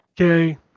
Okay